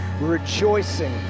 rejoicing